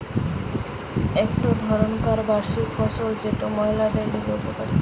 একটো ধরণকার বার্ষিক ফসল যেটা মহিলাদের লিগে উপকারী